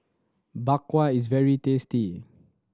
Bak Kwa is very tasty